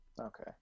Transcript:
Okay